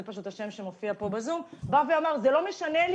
זה השם שמופיע פה בשום אמר שלא משנה לו